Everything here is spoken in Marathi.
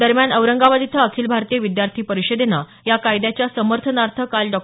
दरम्यान औरंगाबाद इथं अखिल भारतीय विद्यार्थी परिषदेनं या कायद्याच्या समर्थनार्थ काल डॉ